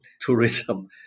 tourism